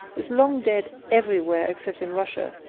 is long dead everywhere except in russia,